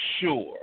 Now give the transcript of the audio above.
sure